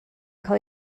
cael